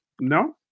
No